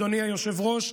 אדוני היושב-ראש,